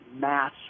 mass